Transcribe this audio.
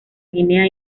guinea